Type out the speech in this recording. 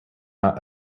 not